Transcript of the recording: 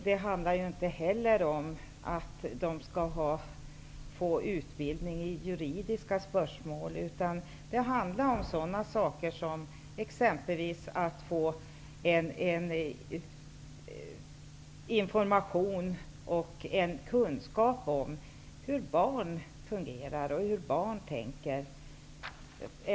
Det handlar inte heller om att de skall få utbildning i juridiska spörsmål, utan det handlar om att få t.ex. information och kunskap om hur barn fungerar och hur barn tänker.